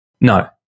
No